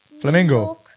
Flamingo